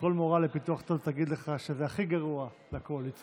כל מורה לפיתוח קול תגיד לך שהכי גרוע לקול זה לצרוח.